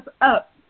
up